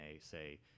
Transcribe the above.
say